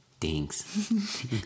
thanks